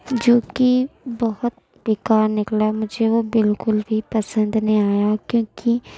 جوکہ بہت بیکار نکلا مجھے وہ بالکل بھی پسند نہیں آیا کیونکہ